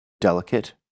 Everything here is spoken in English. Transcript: delicate